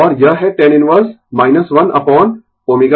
और यह है tan इनवर्स 1 अपोन ω c